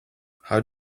how